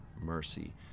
mercy